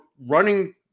running